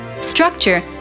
structure